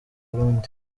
burundi